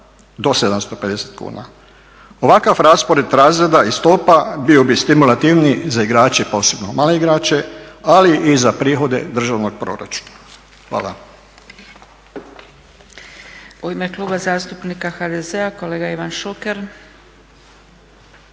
do 750 kuna. Ovakav raspored razreda i stopa bio bi stimulativniji za igrače, posebno male igrače, ali i za prihode državnog proračuna. Hvala.